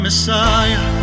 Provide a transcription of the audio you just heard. Messiah